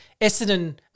essendon